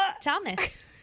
Thomas